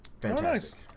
Fantastic